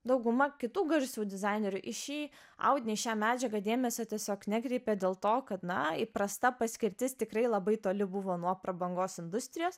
dauguma kitų garsių dizainerių į šį audinį šią medžiagą dėmesio tiesiog nekreipė dėl to kad na įprasta paskirtis tikrai labai toli buvo nuo prabangos industrijos